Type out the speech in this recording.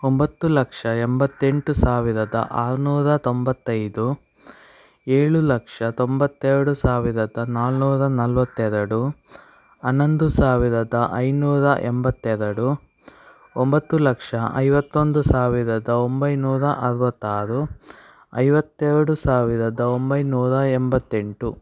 ಒಂಬತ್ತು ಲಕ್ಷ ಎಂಬತ್ತೆಂಟು ಸಾವಿರದ ಆರುನೂರ ತೊಂಬತ್ತೈದು ಏಳು ಲಕ್ಷ ತೊಂಬತ್ತೆರಡು ಸಾವಿರದ ನಾಲ್ನೂರ ನಲ್ವತ್ತೆರಡು ಹನ್ನೊಂದು ಸಾವಿರದ ಐನೂರ ಎಂಬತ್ತೆರಡು ಒಂಬತ್ತು ಲಕ್ಷ ಐವತ್ತೊಂದು ಸಾವಿರದ ಒಂಬೈನೂರ ಅರುವತ್ತಾರು ಐವತ್ತೆರಡು ಸಾವಿರದ ಒಂಬೈನೂರ ಎಂಬತ್ತೆಂಟು